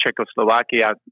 Czechoslovakia